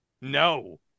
No